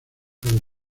del